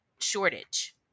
shortage